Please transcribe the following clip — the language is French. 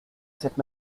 cette